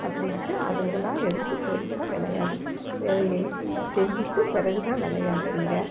அப்படினுட்டு அதுங்களாக எடுத்து பொறுப்பாக விளையாடி செஞ்சுட்டு பிறகுதான் விளையாடுதுங்க